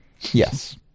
Yes